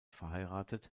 verheiratet